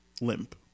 limp